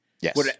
Yes